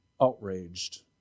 Outraged